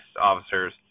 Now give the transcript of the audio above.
officers